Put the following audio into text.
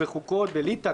בחוקות בליטא,